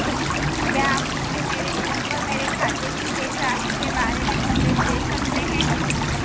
क्या आप मुझे मेरे फ़ोन पर मेरे खाते की शेष राशि के बारे में संदेश भेज सकते हैं?